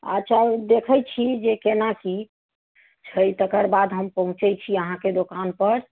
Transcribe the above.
अच्छा देखैत छी जे केना की छै तकर बाद हम पहुँचैत छी अहाँकेँ दोकान पर